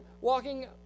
walking